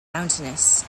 mountainous